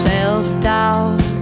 Self-doubt